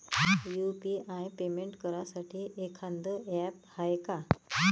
UPI payment करासाठी एखांद app हाय का?